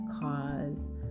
cause